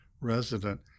resident